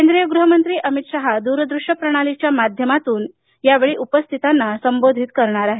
केंद्रीय गृहमंत्री अमित शहा दूरदृश्य प्रणालीच्या माध्यमातून उपस्थितांना संबोधित करणार आहेत